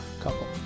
couple